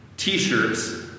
t-shirts